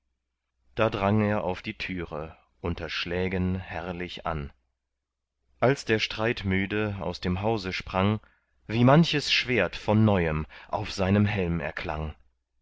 da drang er auf die türe unter schlägen herrlich an als der streitmüde aus dem hause sprang wie manches schwert von neuem auf seinem helm erklang